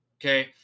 Okay